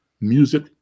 Music